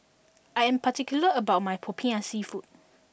I am particular about my Popiah Seafood